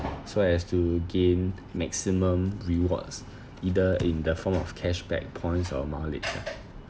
so as to gain maximum rewards either in the form of cashback points or mileage ya